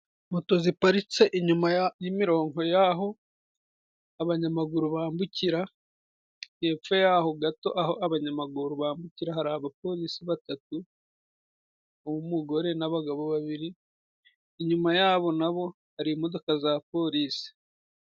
Moto ziparitse inyuma y'imirongo y'aho abanyamaguru bambukira. Hepfo yaho gato aho abanyamaguru bambukira, hari abapolisi batatu. Uw'umugore n'abagabo babiri. Inyuma yaho na ho hari imodoka za polisi.